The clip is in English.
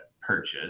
purchase